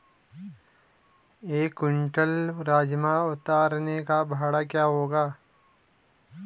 एक क्विंटल राजमा उतारने का भाड़ा क्या होगा?